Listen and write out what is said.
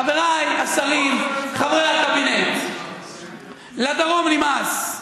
חבריי השרים, חברי הקבינט, לדרום נמאס.